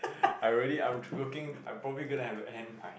I really I true looking I'm probably go to have to aim my